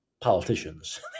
politicians